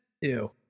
ew